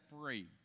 free